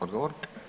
Odgovor.